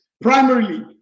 Primarily